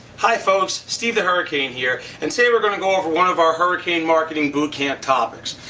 hi folks steve the hurricane here and today we're gonna go over one of our hurricane marketing bootcamp topics.